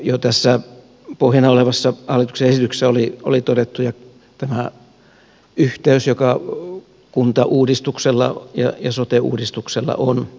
jo tässä pohjana olevassa hallituksen esityksessä oli todettu tämä yhteys joka kuntauudistuksella ja sote uudistuksella on